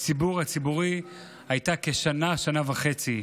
במגזר הציבורי הייתה כשנה, שנה וחצי.